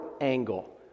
angle